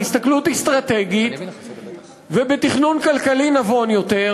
בהסתכלות אסטרטגית ובתכנון כלכלי נבון יותר,